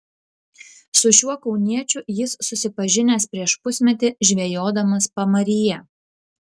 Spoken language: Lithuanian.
su šiuo kauniečiu jis susipažinęs prieš pusmetį žvejodamas pamaryje